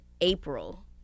April